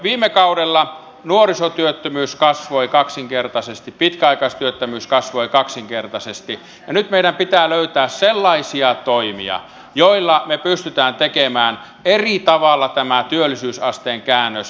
viime kaudella nuorisotyöttömyys kasvoi kaksinkertaisesti pitkäaikaistyöttömyys kasvoi kaksinkertaisesti ja nyt meidän pitää löytää sellaisia toimia joilla me pystymme tekemään eri tavalla tämän työllisyysasteen käännöksen